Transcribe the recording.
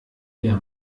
der